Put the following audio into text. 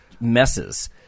messes